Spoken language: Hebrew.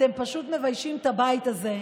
אתם פשוט מביישים את הבית הזה.